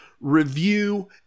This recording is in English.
review